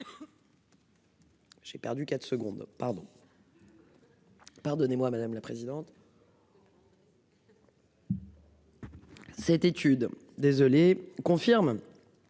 J'ai perdu quatre secondes pardon. Pardonnez-moi, madame la présidente. Cette étude désolé confirme.